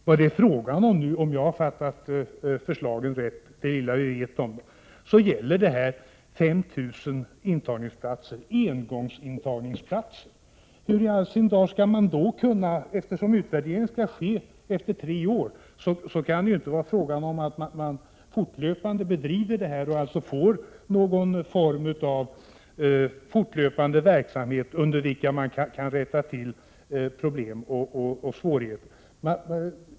Vad det är fråga om — om jag har fattat förslagen rätt, det lilla vi vet om dem — är 5 000 engångsintagningsplatser. Men eftersom utvärderingen skall ske efter tre år kan man ju inte få någon form av fortlöpande verksamhet under vilken man kan rätta till problem och åtgärda svårigheter.